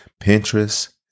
Pinterest